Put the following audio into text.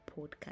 Podcast